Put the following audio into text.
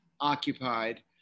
occupied